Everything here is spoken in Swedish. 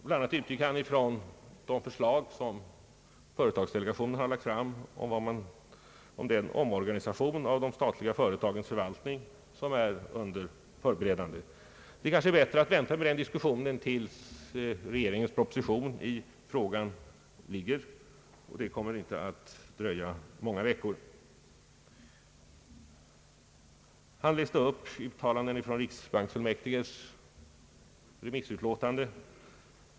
Bland annat utgick han från de förslag som företagsdelegationen har lagt fram rörande den omorganisation av de statliga företagens förvaltning som är under förberedande. Det är kanske häst att vänta med den diskussionen till dess regeringens proposition i frågan har lagts fram, och det kommer inte att dröja många veckor. Herr Dahlén läste upp uttalanden ur riksbanksfullmäktiges remissutlåtande.